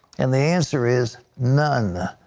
and the answer is none.